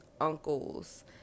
uncles